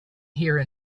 here